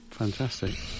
Fantastic